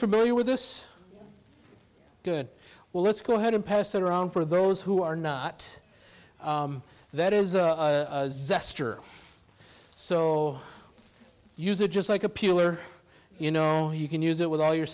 familiar with this good well let's go ahead and pass it around for those who are not that is a zester so use it just like a peeler you know you can use it with all your